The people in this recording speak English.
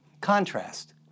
Contrast